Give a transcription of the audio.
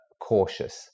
cautious